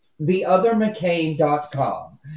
theothermccain.com